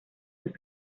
los